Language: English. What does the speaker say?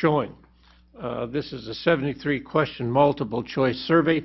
showing this is a seventy three question multiple choice survey